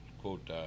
quote